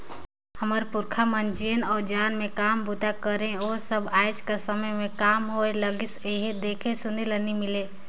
हमर पुरखा मन जेन अउजार मन मे काम बूता करे ओ सब आएज कर समे मे कम होए लगिस अहे, देखे सुने ले नी मिले